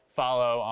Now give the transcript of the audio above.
follow